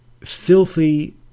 filthy